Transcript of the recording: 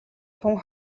тун